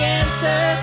answer